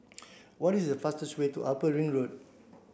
what is the fastest way to Upper Ring Road